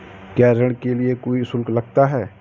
क्या ऋण के लिए कोई शुल्क लगता है?